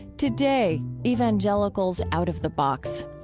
today, evangelicals out of the box.